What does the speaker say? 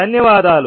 ధన్యవాదాలు